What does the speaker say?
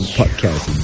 podcast